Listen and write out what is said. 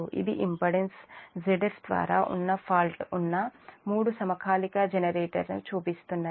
ఇది impedance Zf ద్వారా ఉన్న ఫాల్ట్ ఉన్న మూడు సమకాలిక జనరేటర్ చూపిస్తున్నది